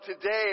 today